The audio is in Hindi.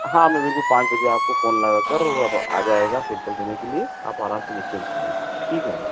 हाँ मैं अभी पाँच बजे आपको फ़ोन लगाकर और आ जाएगा सैंपल देने के लिए आप आराम से निश्चिंत रहिए ठीक है मैडम नमस्ते मैडम